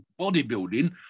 bodybuilding